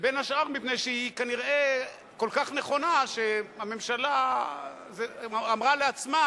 ובין השאר מפני שהיא כנראה כל כך נכונה שהממשלה אמרה לעצמה,